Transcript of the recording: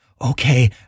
Okay